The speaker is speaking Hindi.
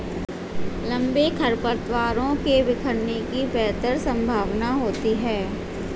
लंबे खरपतवारों के बिखरने की बेहतर संभावना होती है